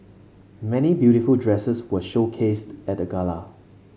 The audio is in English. many beautiful dresses were showcased at the gala